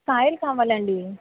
కాయలు కావాలండి